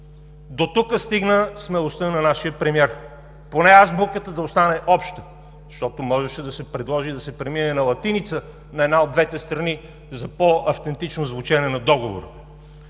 Дотук стигна смелостта на нашия премиер – поне азбуката да остане обща, защото можеше да се предложи и да се премине на латиница на една от двете страни за по-автентично звучене на Договора.